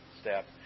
step